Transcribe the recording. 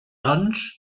doncs